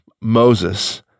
Moses